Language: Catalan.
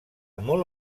molt